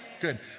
Good